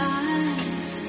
eyes